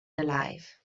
alive